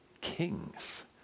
kings